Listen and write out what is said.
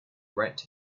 rent